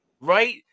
right